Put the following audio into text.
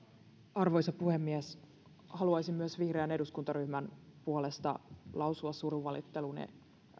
arvoisa puhemies haluaisin myös vihreän eduskuntaryhmän puolesta lausua surunvalitteluni